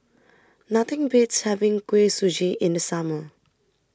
Nothing Beats having Kuih Suji in The Summer